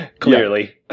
clearly